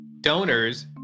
donors